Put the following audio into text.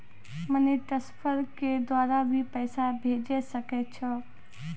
Money transfer के द्वारा भी पैसा भेजै सकै छौ?